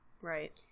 Right